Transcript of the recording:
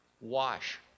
Wash